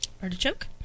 Artichoke